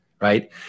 right